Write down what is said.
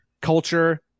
culture